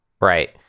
Right